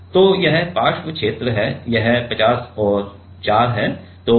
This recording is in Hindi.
तो यह पार्श्व क्षेत्र है यह 50 और 4 है